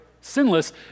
sinless